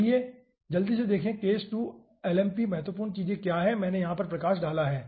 आइए जल्दी से देखें कि case2 Imp महत्वपूर्ण चीजें क्या हैं मैंने यहां पर प्रकाश डाला है